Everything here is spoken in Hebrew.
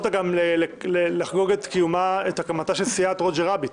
יכולת גם לחגוג את הקמתה של סיעת רוג'ר רביט.